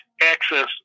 access